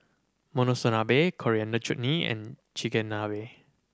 Monsunabe Coriander Chutney and Chigenabe